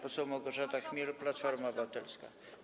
Poseł Małgorzata Chmiel, Platforma Obywatelska.